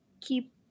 keep